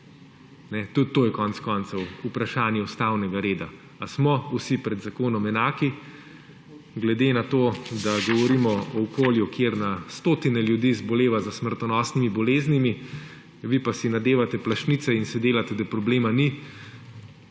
Tudi to je konec koncev vprašanje ustavnega reda, ali smo vsi pred zakonom enaki, glede na to, da govorimo o okolju, kjer na stotine ljudi zboleva za smrtonosnimi boleznimi, vi pa si nadevate plašnice in se delate, da problema ni.